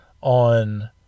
on